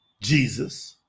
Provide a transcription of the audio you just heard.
Jesus